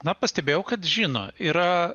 na pastebėjau kad žino yra